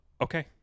okay